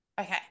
okay